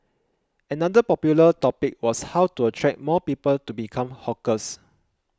another popular topic was how to attract more people to become hawkers